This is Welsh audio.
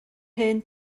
hen